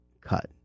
cut